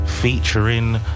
featuring